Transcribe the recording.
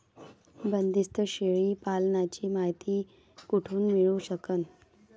बंदीस्त शेळी पालनाची मायती कुठून मिळू सकन?